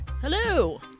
Hello